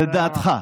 לדעתך.